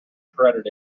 shredded